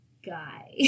Guy